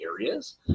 areas